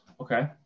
Okay